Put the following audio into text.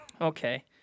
Okay